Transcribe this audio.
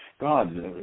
God